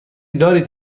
دارید